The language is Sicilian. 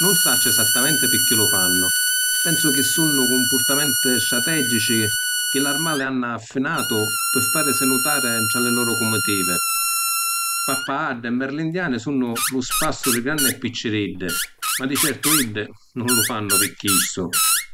Nun sacciu esattamenti pirchì lu fannu, pensu chi sunnu cumpurtamenti strateggici chi l’armali hannu affinatu pi farisi nutari nta li loru cumitivi. Paggagaddi e merli indiani sunnu lu spassu di granni e picciriddi, ma di certu iddi nun lu fannu pi chistu.